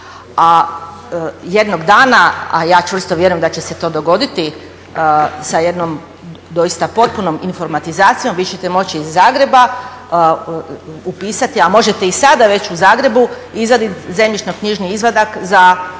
A jednog dana, a ja čvrsto vjerujem da će se to dogoditi sa jednom doista potpunom informatizacijom, vi ćete moći iz Zagreba upisati, a možete i sada već u Zagrebu izvaditi zemljišno-knjižni izvadak za ne znam